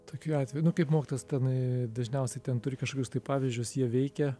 tokiu atveju nu kaip mokytojas tenai dažniausiai ten turi kažkokius tai pavyzdžius jie veikia